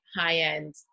high-end